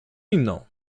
inną